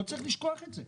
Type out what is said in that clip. לא צריך לשכוח את זה.